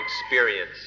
experience